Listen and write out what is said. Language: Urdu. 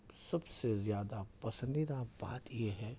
سب سے زیادہ پسندیدہ بات یہ ہے